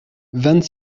vingt